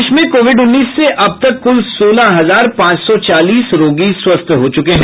देश में कोविड उन्नीस से अब तक कुल सोलह हजार पांच सौ चालीस रोगी स्वस्थ हो चुके हैं